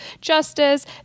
justice